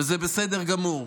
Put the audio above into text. וזה בסדר גמור.